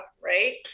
right